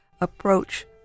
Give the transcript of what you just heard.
approach